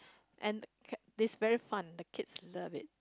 and k~ it's very fun the kids love it